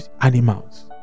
animals